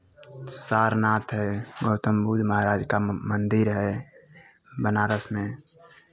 सारनाथ है गौतम बुद्ध महाराज का मंदिर है बनारस में